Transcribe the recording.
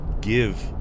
give